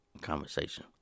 conversation